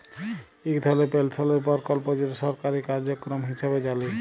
ইক ধরলের পেলশলের পরকল্প যেট সরকারি কার্যক্রম হিঁসাবে জালি